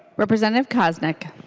representative koznick